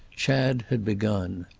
chad had begun.